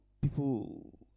people